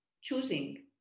choosing